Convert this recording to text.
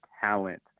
talent